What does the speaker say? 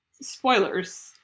spoilers